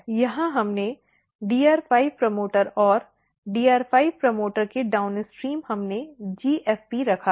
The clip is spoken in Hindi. यहां हमने DR5 प्रमोटर और DR5 प्रमोटर के डाउनस्ट्रीम हमने GFP रखा है